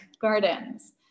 gardens